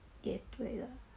也对的